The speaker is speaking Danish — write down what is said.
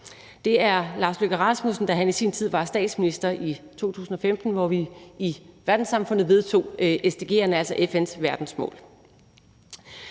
Det er fra Lars Løkke Rasmussen, da han i sin tid var statsminister, i 2015, hvor vi i verdenssamfundet vedtog SDG'erne, altså FN's verdensmål.